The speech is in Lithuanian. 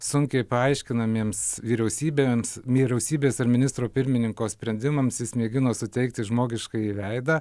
sunkiai paaiškinamiems vyriausybėms vyriausybės ar ministro pirmininko sprendimams jis mėgino suteikti žmogiškąjį veidą